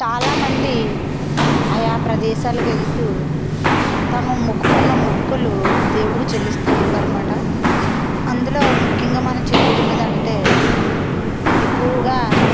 చాలామంది ఆయా ప్రదేశాలకి వెళ్తూ తమ మొక్కుకున్న మొక్కులు దేవుడికి చెల్లిస్తూ ఉంటారు అన్నమాట అందులో ముఖ్యంగా మనం చెప్పుకున్న దంటే ఎక్కువగా